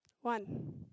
One